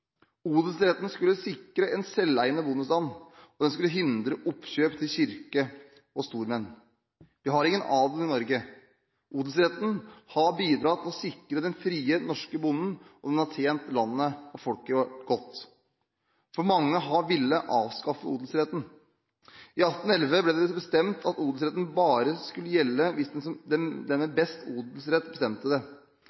Odelsretten skulle sikre en selveiende bondestand, og den skulle hindre oppkjøp til kirke og stormenn. Vi har ingen adel i Norge. Odelsretten har bidratt til å sikre den frie norske bonden, og den har tjent landet og folket godt. Mange har villet avskaffe odelsretten. I 1811 ble det bestemt at odelsretten bare skulle gjelde hvis den med